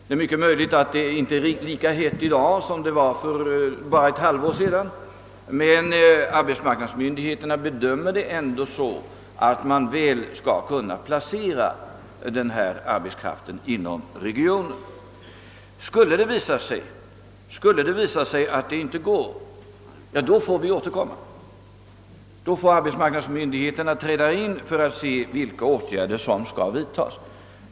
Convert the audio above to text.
Det är mycket möjligt att detta behov inte är lika hett i dag som det var för bara ett halvt år sedan, men arbetsmarknadsmyndigheterna bedömer det ändå så, att man väl skall kunna placera ifrågavarande arbetskraft inom regionen. Skulle det visa sig att detta inte går, får vi återkomma. Då får arbetsmarknadsmyndigheterna träda till för att se vilka åtgärder som skall vidtagas.